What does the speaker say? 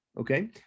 okay